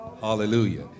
hallelujah